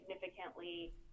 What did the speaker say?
significantly